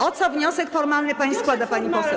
O co wniosek formalny pani składa, pani poseł?